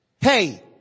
Hey